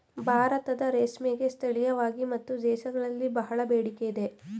ಭಾರತದ ರೇಷ್ಮೆಗೆ ಸ್ಥಳೀಯವಾಗಿ ಮತ್ತು ದೇಶಗಳಲ್ಲಿ ಬಹಳ ಬೇಡಿಕೆ ಇದೆ